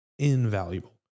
invaluable